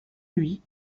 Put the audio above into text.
lui